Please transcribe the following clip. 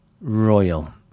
Royal